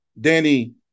Danny